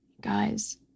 Guys